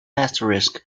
asterisk